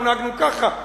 לו נהגנו ככה,